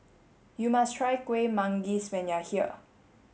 you must try Kueh Manggis when you are here